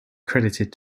credited